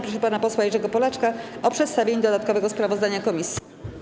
Proszę pana posła Jerzego Polaczka o przedstawienie dodatkowego sprawozdania komisji.